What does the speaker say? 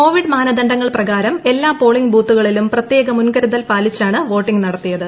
Covid മാനദണ്ഡങ്ങൾ പ്രകാരം എല്ലാ പോളിംഗ് ബൂത്തുകളിലും പ്രത്യേക മുൻകരുതൽ പാലിച്ചാണ് വോട്ടിംഗ് നടത്തിയത്